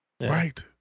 Right